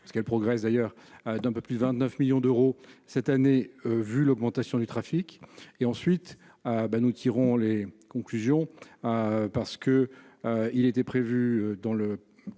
parce qu'elle progresse d'ailleurs d'un peu plus de 29 millions d'euros cette année, vu l'augmentation du trafic et ensuite ben nous tirons les conclusions parce que il était prévu dans le